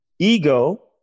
Ego